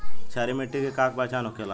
क्षारीय मिट्टी के का पहचान होखेला?